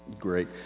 great